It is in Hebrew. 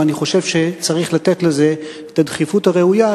ואני חושב שצריך לתת לזה את הדחיפות הראויה,